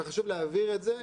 חשוב להעביר את זה.